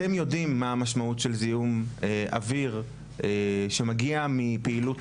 אתם יודעים מה המשמעות של זיהום אוויר שמגיע מפעילות